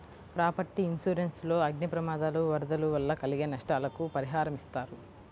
property insurance లో అగ్ని ప్రమాదాలు, వరదలు వల్ల కలిగే నష్టాలకు పరిహారమిస్తారు